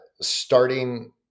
starting